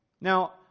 Now